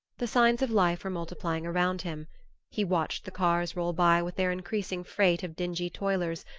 the signs of life were multiplying around him he watched the cars roll by with their increasing freight of dingy toilers,